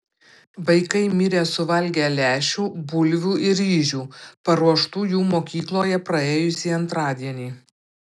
vaikai mirė suvalgę lęšių bulvių ir ryžių paruoštų jų mokykloje praėjusį antradienį